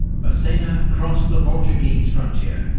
massena crossed the portuguese frontier,